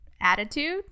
attitude